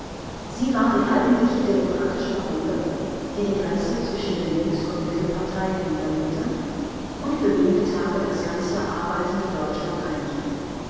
sie war die eigentliche demokratische parole die die grenzen zwischen den links und mittelparteien niederlegte und für wenige tage das ganze arbeitende deutschland einigte